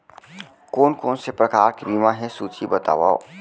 कोन कोन से प्रकार के बीमा हे सूची बतावव?